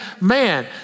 man